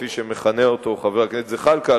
כפי שמכנה אותו חבר הכנסת זחאלקה,